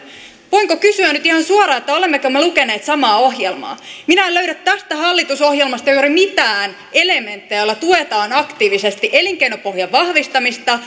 voinko kysyä nyt ihan suoraan olemmeko me lukeneet samaa ohjelmaa minä en löydä tästä hallitusohjelmasta juuri mitään elementtejä joilla tuetaan aktiivisesti elinkeinopohjan vahvistamista